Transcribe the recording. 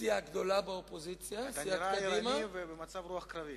בעיקר מסים עקיפים.